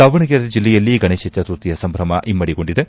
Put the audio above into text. ದಾವಣಗೆರೆ ಜಿಲ್ಲೆಯಲ್ಲಿ ಗಣೇಶ ಚತುರ್ಥಿಯ ಸಂಭ್ರಮ ಇಮ್ಲಡಿ ಗೊಂಡಿದೆ